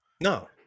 No